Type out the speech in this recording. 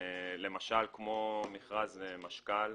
כמו במכרז משכ"ל,